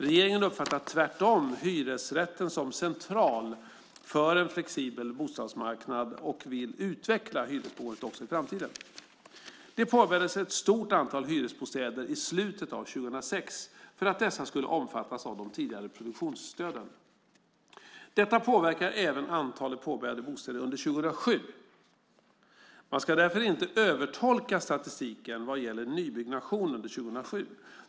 Regeringen uppfattar tvärtom hyresrätten som central för en flexibel bostadsmarknad och vill utveckla hyresboendet också i framtiden. Det påbörjades ett stort antal hyresbostäder i slutet av 2006 för att dessa skulle omfattas av de tidigare produktionsstöden. Detta påverkar även antalet påbörjade bostäder under 2007. Man ska därför inte övertolka statistiken vad gäller nybyggnation under 2007.